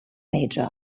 major